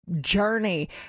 Journey